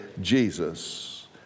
Jesus